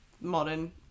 modern